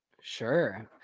sure